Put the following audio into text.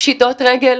פשיטות רגל